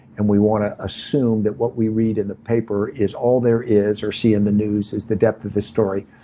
and we want to assume that what we read in the paper is all there is, or see in the news is the depth of the story.